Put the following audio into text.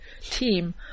team